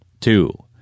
two